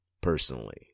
personally